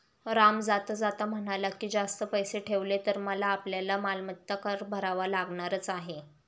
राम जाता जाता म्हणाला की, जास्त पैसे ठेवले तर आपल्याला मालमत्ता कर भरावा लागणारच आहे